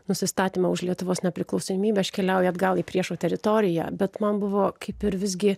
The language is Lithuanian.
nusistatymą už lietuvos nepriklausomybę aš keliauju atgal į priešo teritoriją bet man buvo kaip ir visgi